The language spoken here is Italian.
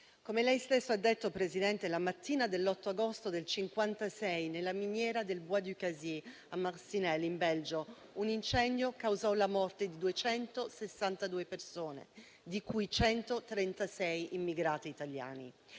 Come lei stesso ha detto, Presidente, la mattina dell'8 agosto del 1956, nella miniera del Bois du Cazier a Marcinelle, in Belgio, un incendio causò la morte di 262 persone, di cui 136 immigrati italiani.